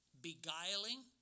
beguiling